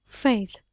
Faith